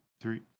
three